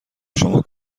شما